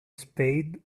spade